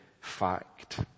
fact